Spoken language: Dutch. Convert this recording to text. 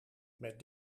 met